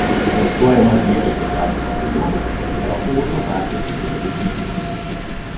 projektuojama viešojo transporto juosta yra ozo gatvės pietinėje pusėje